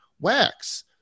WAX